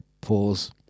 Pause